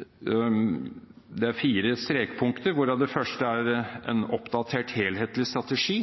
Det er fire strekpunkter, hvorav det første er en «oppdatert helhetlig strategi»,